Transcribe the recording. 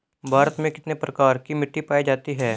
भारत में कितने प्रकार की मिट्टी पाई जाती हैं?